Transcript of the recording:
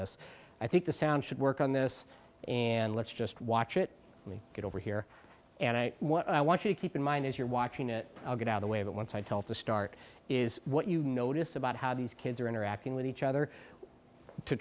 this i think the sound should work on this and let's just watch it we get over here and what i want you to keep in mind as you're watching it all get out the way but once i tell it to start is what you notice about how these kids are interacting with each other to